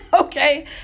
okay